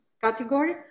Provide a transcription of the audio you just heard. category